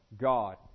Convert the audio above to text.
God